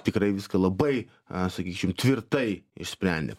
tikrai viską labai a sakykim tvirtai išsprendė